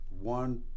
one